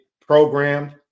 programmed